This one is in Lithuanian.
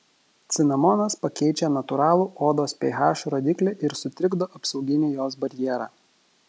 cinamonas pakeičia natūralų odos ph rodiklį ir sutrikdo apsauginį jos barjerą